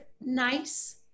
nice